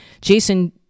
Jason